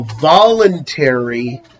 voluntary